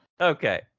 Okay